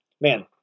man